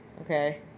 okay